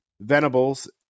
Venables